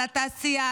לתעשייה,